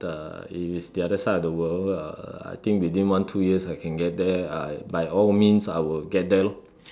uh if it's the other side of the world uh I think within one two years if I can get there I by all means I will get there lor